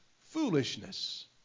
foolishness